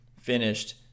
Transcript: finished